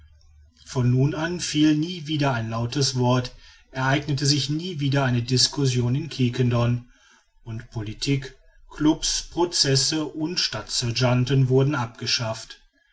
von nun an fiel nie wieder ein lautes wort ereignete sich nie wieder eine discussion in quiquendone und politik clubs processe und stadtsergeanten wurden abgeschafft